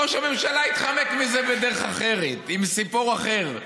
ראש הממשלה התחמק מזה בדרך אחרת, עם סיפור אחר.